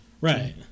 Right